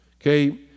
Okay